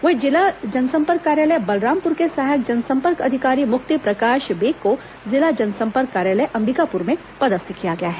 वहीं जिला जनसम्पर्क कार्यालय बलरामपुर के सहायक जनसम्पर्क अधिकारी मुक्तिप्रकाश बेक को जिला जनसम्पर्क कार्यालय अम्बिकापुर में पदस्थ किया गया है